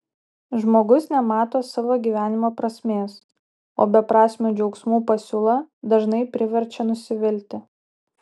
žmogus nemato savo gyvenimo prasmės o beprasmių džiaugsmų pasiūla dažnai priverčia nusivilti